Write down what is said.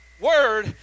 word